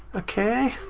ok.